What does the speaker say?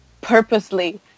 Purposely